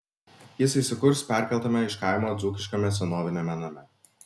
jis įsikurs perkeltame iš kaimo dzūkiškame senoviniame name